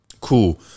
cool